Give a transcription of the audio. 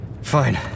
Fine